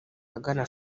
ahagana